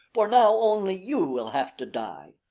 for now only you will have to die.